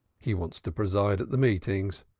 he wants to preside at the meetings.